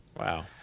Wow